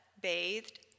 bathed